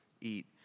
eat